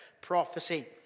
prophecy